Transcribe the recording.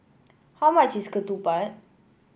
how much is ketupat